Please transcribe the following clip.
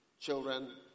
children